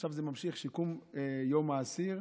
עכשיו זה ממשיך, יום שיקום האסיר,